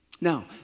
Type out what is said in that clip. Now